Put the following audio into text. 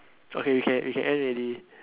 okay we can we can end already